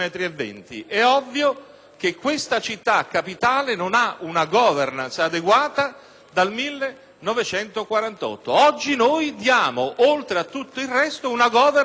che questa città capitale non ha una *governance* adeguata dal 1948. Oggi, oltre a tutto il resto, noi diamo una *governance* alla capitale d'Italia,